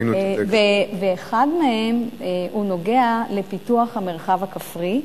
ואחד מהם נוגע לפיתוח המרחב הכפרי,